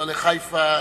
לא לחיפה.